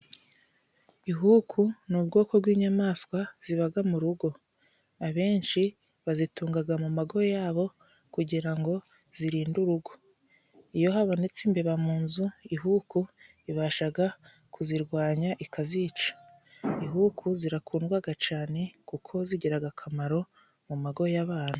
Ihuku ni ubwoko bw'inyamaswa zibaga mu rugo. Abenshi bazitungaga mu mago yabo kugira ngo zirinde urugo. Iyo habonetse imbeba mu nzu ihuku ibashaga kuzirwanya ikazica. Ihuku zirakundwaga cane kuko zigiraga akamaro mu mago y'abantu.